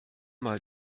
mal